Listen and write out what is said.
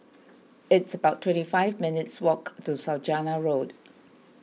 it's about twenty five minutes' walk to Saujana Road